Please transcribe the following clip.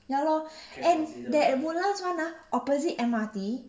ya lor and that woodlands one ah opposite M_R_T